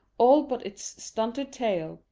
all but its stunted tail,